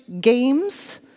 games